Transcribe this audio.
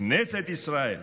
כנסת ישראל,